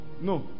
no